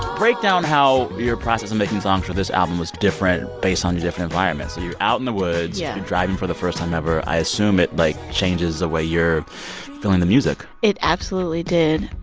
break down how your process of making songs for this album was different based on the different environment. so you're out in the woods. yeah. you're driving for the first time ever. i assume it, like, changes the way you're feeling the music it absolutely did.